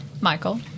Michael